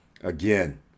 Again